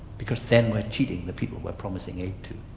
because then we're cheating the people we're promising aid to,